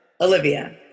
olivia